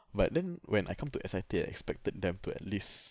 but then when I come to S_I_T I expected them to at least